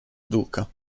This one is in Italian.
duca